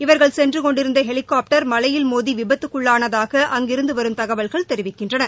இவர்கள் சென்று கொண்டிருந்த ஹெலிகாப்டர் மலையில் மோதி விபத்துக்குள்ளானதாக அங்கிருந்து வரும் தகவல்கள் தெரிவிக்கின்றன